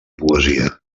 poesia